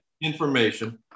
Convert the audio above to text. information